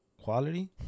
quality